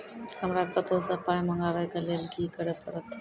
हमरा कतौ सअ पाय मंगावै कऽ लेल की करे पड़त?